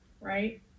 Right